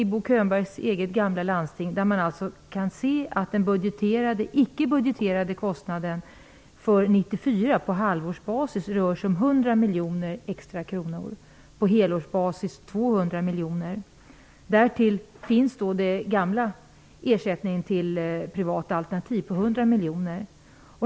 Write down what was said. I Bo Könbergs eget gamla landsting, kan man konstatera att den ickebudgeterade kostnaden för 1994 på halvårsbasis rör sig om 100 miljoner kronor extra -- på helårsbasis 200 miljoner kronor extra. Därtill kommer den tidigare ersättningen till privat alternativ på 100 miljoner kronor.